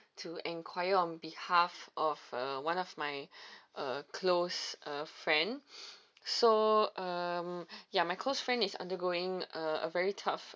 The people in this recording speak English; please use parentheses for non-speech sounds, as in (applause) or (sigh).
to enquiry on behalf of uh one of my uh close uh friend (breath) so um ya my close friend is undergoing a a very tough